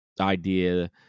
idea